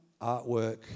artwork